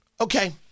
Okay